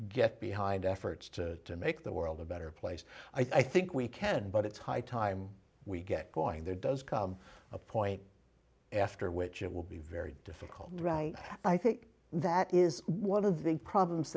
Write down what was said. get behind efforts to make the world a better place i think we can but it's high time we get going there does come a point after which it will be very difficult right i think that is one of the problems